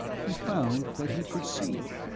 he found that he could see,